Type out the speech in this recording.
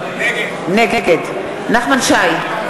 נגד נחמן שי,